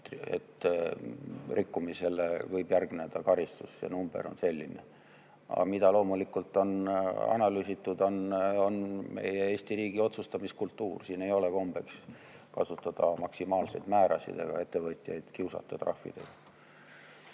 et rikkumisele võib järgneda karistus, see number on selline. Mida loomulikult on analüüsitud, on meie Eesti riigi otsustamise kultuur: siin ei ole kombeks kasutada maksimaalseid määrasid ega kiusata ettevõtjaid trahvidega,